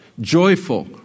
joyful